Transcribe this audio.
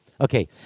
Okay